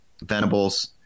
Venables